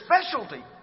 specialty